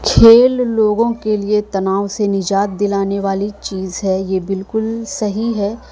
کھیل لوگوں کے لیے تناؤ سے نجات دلانے والی چیز ہے یہ بالکل صحیح ہے